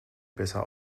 besser